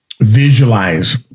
visualize